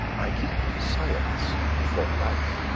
i keep science for life.